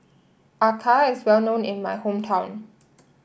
Acar is well known in my hometown